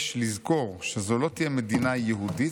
יש לזכור שזו לא תהיה מדינה יהודית,